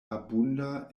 abunda